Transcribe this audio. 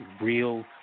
Real